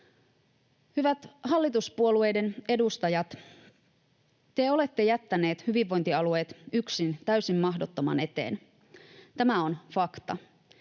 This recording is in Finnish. Hyvät hallituspuolueiden edustajat, te olette jättäneet hyvinvointialueet yksin täysin mahdottoman eteen. Tämä on fakta.